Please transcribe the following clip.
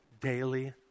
daily